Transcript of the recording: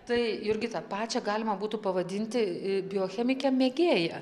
tai jurgita pačią galima būtų pavadinti biochemike mėgėja